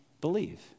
believe